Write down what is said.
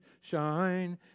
shine